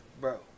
Bro